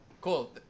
Cool